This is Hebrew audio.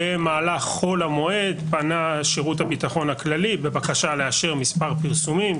במהלך חול המועד פנה שירות הביטחון הכללי בבקשה לאשר מספר פרסומים,